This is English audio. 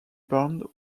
band